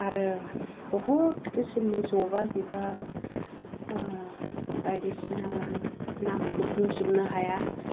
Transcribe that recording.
आरो बुहुत खिसुमनि ज'बा बिबार बायदिसिना नामखौ बुंजोबनो हाया